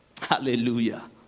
Hallelujah